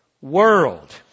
world